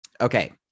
Okay